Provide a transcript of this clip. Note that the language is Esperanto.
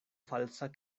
falsa